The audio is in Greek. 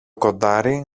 κοντάρι